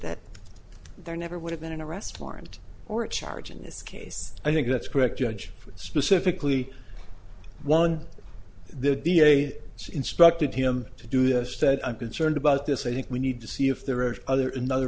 that there never would have been an arrest warrant or a charge in this case i think that's correct judge specifically one of the d a instructed him to do this said i'm concerned about this i think we need to see if there are other another